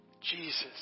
Jesus